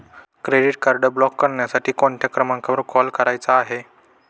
Credit card block करण्यासाठी कोणत्या क्रमांकावर कॉल करायचा आहे?